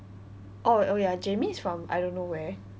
oh oh ya jaemin is from I don't know where